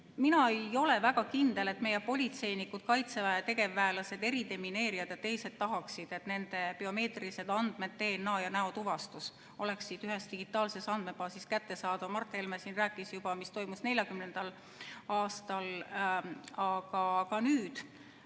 Mina ei ole väga kindel, et meie politseinikud, kaitseväe tegevväelased, eridemineerijad ja teised tahaksid, et nende biomeetrilised andmed, DNA ja näotuvastus oleksid ühes digitaalses andmebaasis kättesaadavad. Mart Helme rääkis juba, mis toimus 1940. aastal. Aga ka nüüd